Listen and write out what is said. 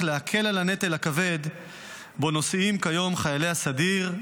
להקל את הנטל הכבד שבו נושאים כיום חיילי הסדיר,